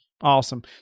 Awesome